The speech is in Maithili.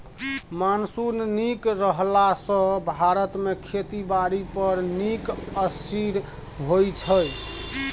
मॉनसून नीक रहला सँ भारत मे खेती बारी पर नीक असिर होइ छै